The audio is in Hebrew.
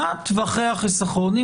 מה טווחי החיסכון?